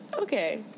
okay